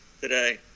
today